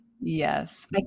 Yes